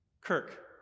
kirk